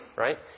Right